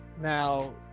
now